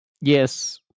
yes